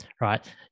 right